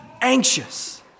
Anxious